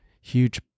huge